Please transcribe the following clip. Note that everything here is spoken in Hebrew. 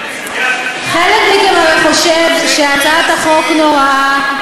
חלק מכם הרי חושב שהצעת החוק נוראה,